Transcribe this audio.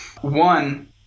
One